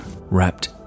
wrapped